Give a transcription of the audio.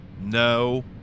No